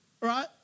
Right